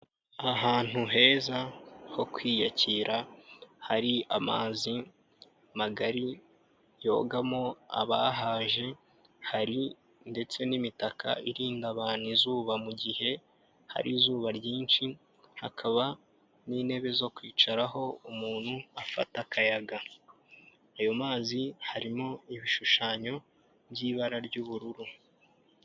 Ahantu heza ho kwiyakira hari amazi magari yogamo abahaje, hari ndetse n'imitaka irinda abantu izuba mu gihe hari izuba ryinshi, hakaba n'intebe zo kwicaraho umuntu afata akayaga. Ayo mazi harimo ibishushanyo by'ibara ry'ubururu.